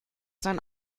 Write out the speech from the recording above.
sein